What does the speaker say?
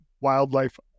wildlife